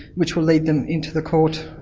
which will lead them into the court.